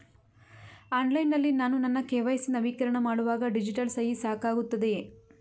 Online ನಲ್ಲಿ ನಾನು ನನ್ನ ಕೆ.ವೈ.ಸಿ ನವೀಕರಣ ಮಾಡುವಾಗ ಡಿಜಿಟಲ್ ಸಹಿ ಸಾಕಾಗುತ್ತದೆಯೇ?